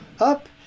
up